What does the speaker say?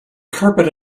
carpet